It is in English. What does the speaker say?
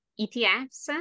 ETFs